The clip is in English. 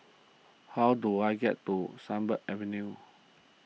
how do I get to Sunbird Avenue